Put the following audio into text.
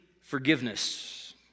forgiveness